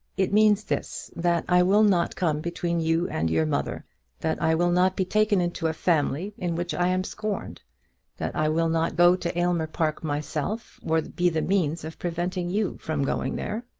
it means this that i will not come between you and your mother that i will not be taken into a family in which i am scorned that i will not go to aylmer park myself or be the means of preventing you from going there.